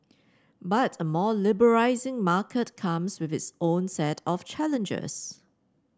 but a more liberalising market comes with its own set of challenges